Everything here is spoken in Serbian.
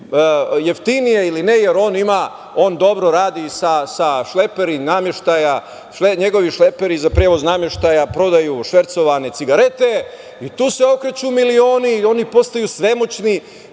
jeftinije ili ne, jer on dobro radi sa šleperima nameštaja, njegovi šleperi za prevoz nameštaja prodaju švercovane cigarete i tu se okreću milioni i oni postaju svemoćni.